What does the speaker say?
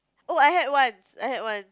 oh I had once I had once